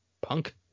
punk